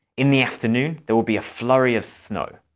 in the afternoon there will be a flurry of snow.